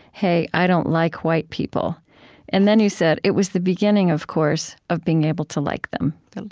hey, i don't like white people and then, you said, it was the beginning, of course, of being able to like them.